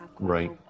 Right